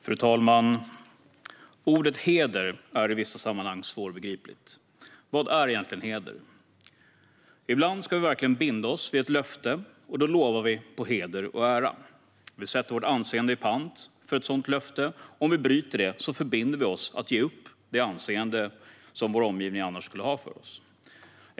Fru talman! Ordet heder är i vissa sammanhang svårbegripligt. Vad är egentligen heder? Ibland ska vi verkligen binda oss vid ett löfte, och då lovar vi på heder och ära. Vi sätter vårt anseende i pant för ett sådant löfte, och om vi bryter det förbinder vi oss att ge upp det anseende vår omgivning annars skulle ha för oss.